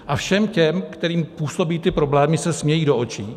A všem těm, kterým působí problémy, se smějí do očí.